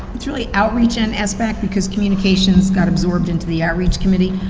it's really outreach and sbac because communications got absorbed into the outreach committee.